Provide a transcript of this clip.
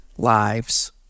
lives